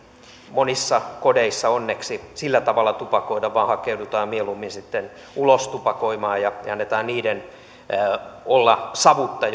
monissa kodeissa onneksi sillä tavalla tupakoida vaan hakeudutaan mieluummin sitten ulos tupakoimaan ja annetaan olla savutta